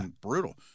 Brutal